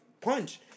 punch